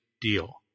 deal